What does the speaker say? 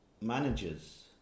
managers